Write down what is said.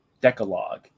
Decalogue